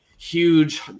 huge